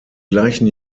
gleichen